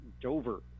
Dover